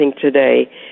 today